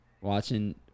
watching